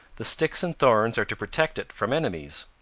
the sticks and thorns are to protect it from enemies.